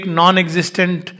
non-existent